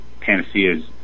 panaceas